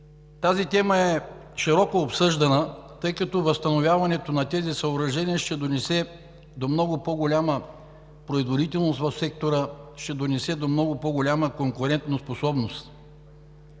Тази тема е широко обсъждана, тъй като възстановяването на тези съоръжения ще доведе до много по-голяма производителност в сектора, ще доведе до много по-голяма конкурентоспособност.